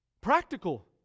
Practical